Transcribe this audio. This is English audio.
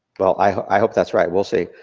well, i hope that's right, we'll see.